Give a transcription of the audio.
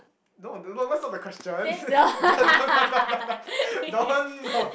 no do no that's not the question no no no no don't no